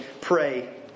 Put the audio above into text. pray